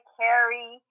carry